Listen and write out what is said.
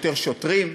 יותר שוטרים,